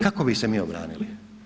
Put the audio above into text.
Kako bi se mi obranili?